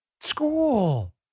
School